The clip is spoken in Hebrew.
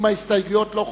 אם ההסתייגויות לא חופפות,